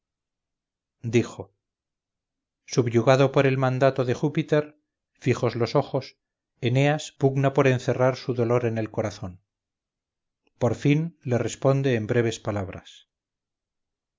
dijo subyugado por el mandato de júpiter fijos los ojos eneas pugna por encerrar su dolor en el corazón por fin le responde en breves palabras